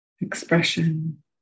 expression